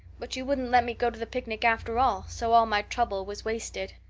but you wouldn't let me go to the picnic after all, so all my trouble was wasted.